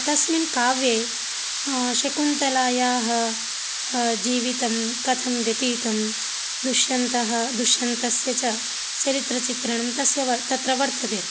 तस्मिन् काव्ये शकुन्तलायाः जीवितं कथं व्यतीतं दुश्यन्तः दुश्यन्तस्य च चरित्रचित्रणं तस्य वर् तत्र वर्तते